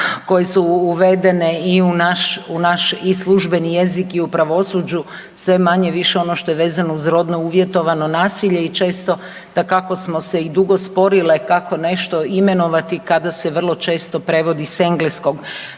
koji su uvedeni i u naš, u naš i službeni jezik i u pravosuđu sve manje-više ono što je vezano uz rodno uvjetovano nasilje i često dakako smo se i dugo sporile kako nešto imenovati kada se vrlo često prevodi s engleskog.